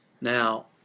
Now